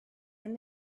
and